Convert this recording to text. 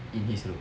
in his room